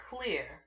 clear